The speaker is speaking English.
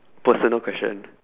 personal question